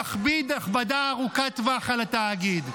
יכביד הכבדה ארוכת טווח על התאגיד.